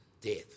death